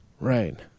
Right